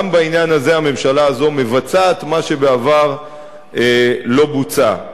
גם בעניין הזה הממשלה הזו מבצעת מה שבעבר לא בוצע.